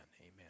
Amen